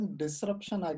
disruption